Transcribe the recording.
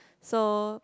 so